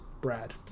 Brad